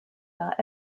are